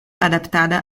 adaptada